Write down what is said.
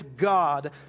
God